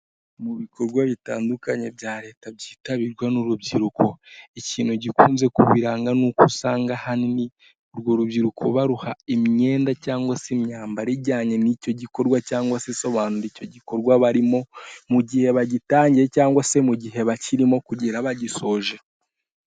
Mu bikorwa bitandukanye bya leta byitabirwa n'urubyiruko, ikintu gikunze kubiranga n'uko usanga ahanini, urwo rubyiruko baruha imyenda cyangwa se imyambaro ijyanye n'icyo gikorwa, cyangwa se isobanura icyo gikorwa barimo, mu gihe bagitangiye cyangwa se mu gihe bakirimo kugera bagisoje.